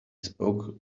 spoke